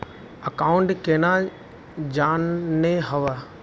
Account केना जाननेहव?